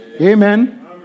Amen